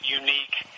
unique